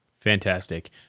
Fantastic